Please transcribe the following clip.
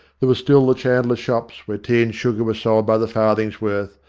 there were still the chandlers' shops, where tea and sugar were sold by the farthingsworth,